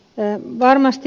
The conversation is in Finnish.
herra puhemies